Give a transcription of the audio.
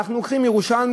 ואנחנו לוקחים ירושלמי,